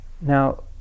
Now